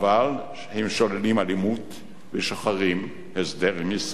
אבל הם שוללים אלימות ושוחרים הסדר עם ישראל,